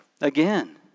again